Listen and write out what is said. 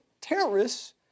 terrorists